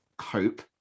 Hope